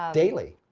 daily.